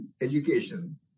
education